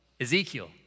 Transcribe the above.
Ezekiel